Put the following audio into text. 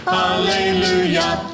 hallelujah